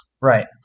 Right